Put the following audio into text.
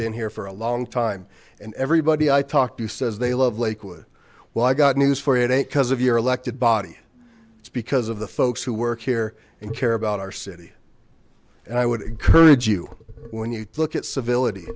been here for a long time and everybody i talked to says they love lakewood well i got news for you ain't cuz of your elected body it's because of the folks who work here and care about our city and i would encourage you when you look at civility